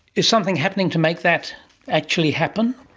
is something happening to make that actually happen?